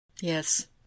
Yes